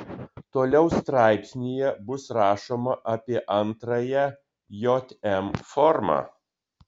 toliau straipsnyje bus rašoma apie antrąją jm formą